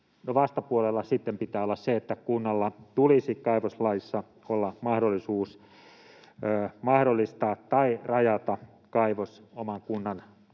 Vastapuolella sitten pitää olla se, että kunnalla tulisi kaivoslaissa olla mahdollisuus mahdollistaa tai rajata kaivos oman kunnan